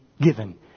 given